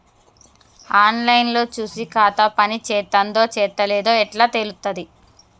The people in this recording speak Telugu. ఆన్ లైన్ లో చూసి ఖాతా పనిచేత్తందో చేత్తలేదో ఎట్లా తెలుత్తది?